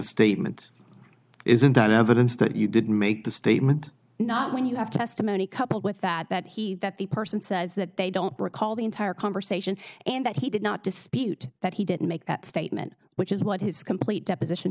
statement isn't that evidence that you didn't make the statement not when you have testimony coupled with that that he that the person says that they don't recall the entire conversation and that he did not dispute that he didn't make that statement which is what his complete deposition